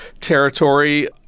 territory